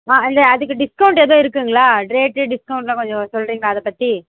ஆ இல்லை அதுக்கு டிஸ்கௌண்ட் எதுவும் இருக்குதுங்களா ரேட்டு டிஸ்கௌண்ட்டுலாம் கொஞ்சம் சொல்கிறீங்களா அதைப் பற்றி